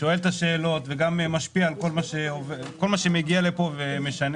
שואל את השאלות וגם משפיע על כל מה שמגיע לפה ומשנה.